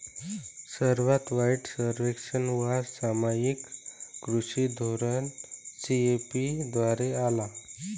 सर्वात वाईट संरक्षणवाद सामायिक कृषी धोरण सी.ए.पी द्वारे आला